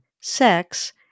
sex